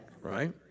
Right